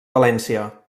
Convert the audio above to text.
valència